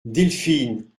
delphine